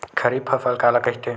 खरीफ फसल काला कहिथे?